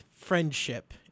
friendship